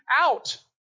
out